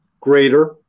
greater